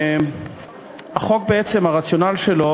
החוק, הרציונל שלו